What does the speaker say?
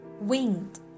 Wind